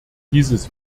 dieses